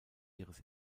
ihres